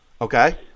Okay